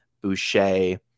Boucher